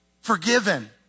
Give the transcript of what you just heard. Forgiven